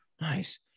nice